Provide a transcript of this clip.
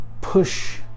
push